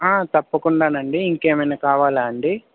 తప్పకుండానండీ ఇంకేమైనా కావాలా అండి